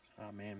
Amen